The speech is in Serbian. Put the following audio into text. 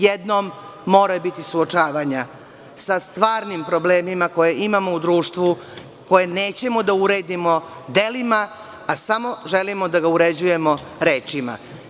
Jedno mora biti suočavanja sa stvarnim problemima koje imamo u društvu, koje nećemo da uredimo delimo nego samo želimo da ga uređujemo rečima.